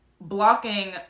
blocking